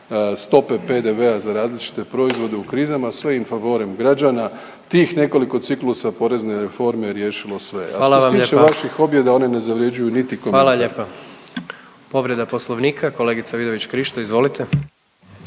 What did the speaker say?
stope PDV-a za različite proizvode u krizama, sve in favorem građana, tih nekoliko ciklusa porezne reforme je riješilo sve. .../Upadica: Hvala vam lijepa./... A što se tiče vaših objeda, one ne zavrjeđuju niti komentar. **Jandroković, Gordan (HDZ)** Hvala lijepa. Povreda Poslovnika, kolegice Vidović Krišto, izvolite.